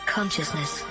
Consciousness